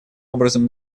образом